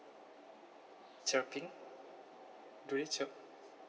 chirping do they chirp